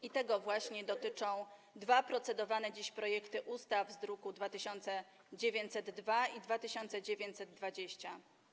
I tego właśnie dotyczą dwa procedowane dziś projekty ustaw z druków nr 2902 i 2920.